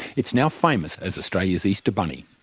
it's now famous as australia's easter bunny.